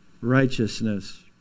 righteousness